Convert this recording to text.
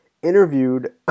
Interviewed